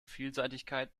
vielseitigkeit